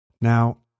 Now